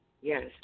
Yes